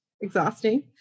exhausting